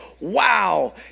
wow